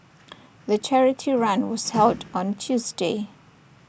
the charity run was held on Tuesday